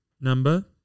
Number